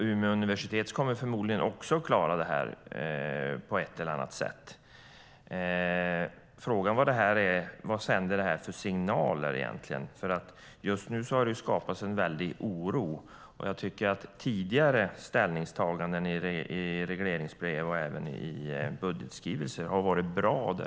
Umeå universitet kommer förmodligen också att klara det här på ett eller annat sätt. Frågan är vad detta sänder för signaler. Just nu har det skapats en väldig oro. Jag tycker att tidigare ställningstaganden i regleringsbrev och budgetskrivelser har varit bra.